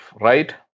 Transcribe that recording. right